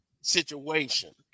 situation